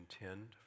intend